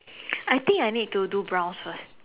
I think I need to do brows first